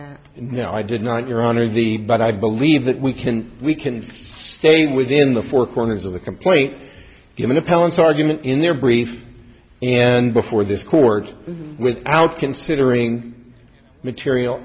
and no i did not your honor the but i believe that we can we can stay within the four corners of the complaint give an appellate argument in their briefs and before this court without considering material